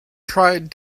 tried